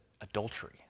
adultery